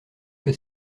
que